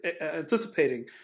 anticipating